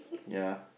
ya